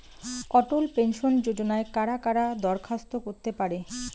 অটল pension যোজনায় কারা কারা দরখাস্ত করতে পারে?